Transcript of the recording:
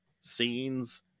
scenes